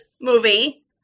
movie